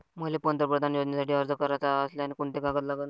मले पंतप्रधान योजनेसाठी अर्ज कराचा असल्याने कोंते कागद लागन?